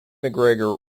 mcgregor